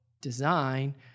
design